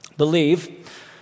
believe